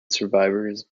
survivors